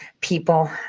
people